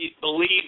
Believe